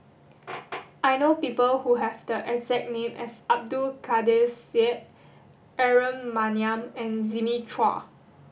I know people who have the exact name as Abdul Kadir Syed Aaron Maniam and Jimmy Chua